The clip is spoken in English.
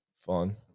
fun